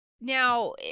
Now